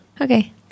okay